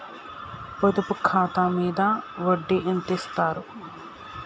పొదుపు ఖాతా మీద వడ్డీ ఎంతిస్తరు?